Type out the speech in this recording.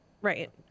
Right